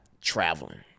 traveling